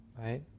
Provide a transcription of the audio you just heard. right